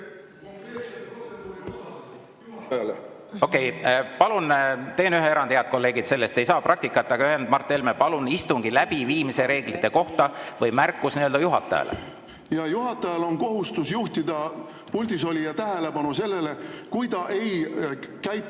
Juhatajal on kohustus juhtida puldis olija tähelepanu sellele, kui ta ei käitu